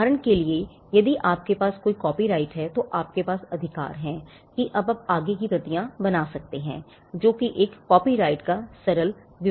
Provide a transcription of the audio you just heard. उदाहरण के लिए यदि आपके पास कोई कॉपीराइट है तो आपके पास अधिकार है कि आप अब आगे की प्रतियां बना सकतेहैं जो कि एक कॉपीराइट का एक सरल विवरण है